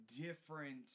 different